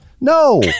No